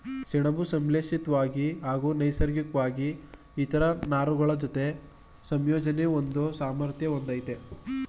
ಸೆಣಬು ಸಂಶ್ಲೇಷಿತ್ವಾಗಿ ಹಾಗೂ ನೈಸರ್ಗಿಕ್ವಾಗಿ ಇತರ ನಾರುಗಳಜೊತೆ ಸಂಯೋಜನೆ ಹೊಂದೋ ಸಾಮರ್ಥ್ಯ ಹೊಂದಯ್ತೆ